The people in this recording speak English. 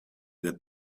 that